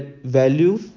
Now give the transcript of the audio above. value